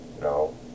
No